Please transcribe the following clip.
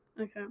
Okay